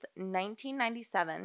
1997